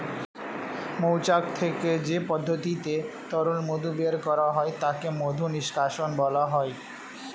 মৌচাক থেকে যে পদ্ধতিতে তরল মধু বের করা হয় তাকে মধু নিষ্কাশণ বলা হয়